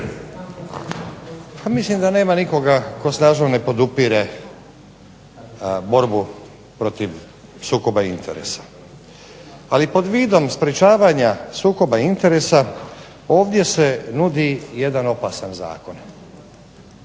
mislim da nema nikoga tko snažno ne podupire borbu protiv sukoba interesa. Ali pod vidom sprečavanja sukoba interesa ovdje se nudi jedan opasan zakon.